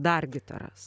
dar gitaras